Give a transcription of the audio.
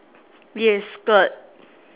yes skirt